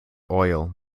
oil